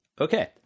Okay